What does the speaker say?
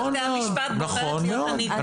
נכון מאוד.